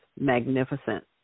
magnificent